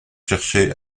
chercher